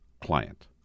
client